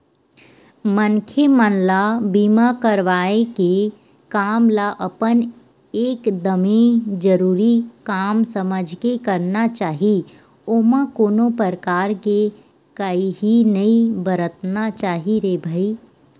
मनखे मन ल बीमा करवाय के काम ल अपन एकदमे जरुरी काम समझ के करना चाही ओमा कोनो परकार के काइही नइ बरतना चाही रे भई